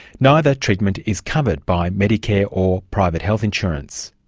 neither treatment is covered by medicare or private health insurance.